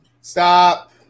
Stop